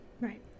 Right